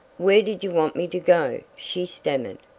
where did you want me to go? she stammered.